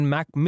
Mac